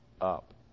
up